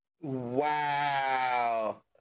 Wow